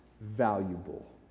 valuable